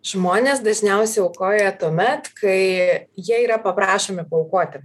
žmonės dažniausiai aukoja tuomet kai jie yra paprašomi paaukoti